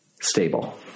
stable